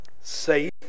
Safe